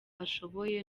ashoboye